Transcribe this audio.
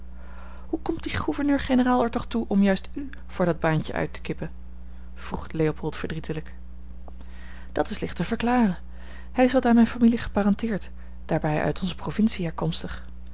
hoe komt die gouverneur-generaal er toch toe om juist u voor dat baantje uittekippen vroeg leopold verdrietelijk dat is licht te verklaren hij is wat aan mijne familie geparenteerd daarbij uit onze provincie